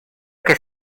que